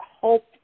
hope